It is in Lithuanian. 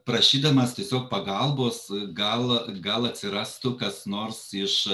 prašydamas tiesiog pagalbos gal gal atsirastų kas nors iš